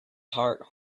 heart